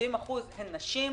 70% הן נשים.